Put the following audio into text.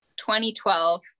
2012